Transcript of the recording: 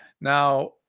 Now